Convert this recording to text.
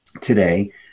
today